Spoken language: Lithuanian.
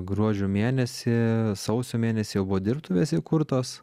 gruodžio mėnesį sausio mėnesį jau buvo dirbtuvės įkurtos